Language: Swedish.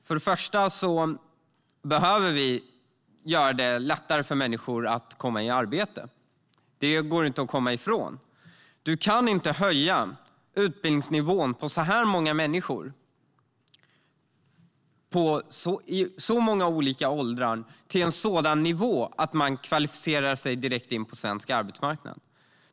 Först och främst behöver vi göra det lättare för människor att komma i arbete. Det går inte att komma ifrån. Du kan inte höja utbildningsnivån för så här många människor i så många olika åldrar till en sådan nivå att de kvalificerar sig direkt in på svensk arbetsmarknad.